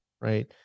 right